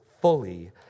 fully